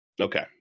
Okay